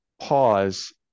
pause